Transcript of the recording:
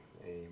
Amen